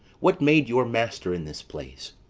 what made your master in this place?